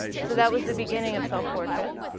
so that was the beginning of self-portraits.